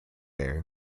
air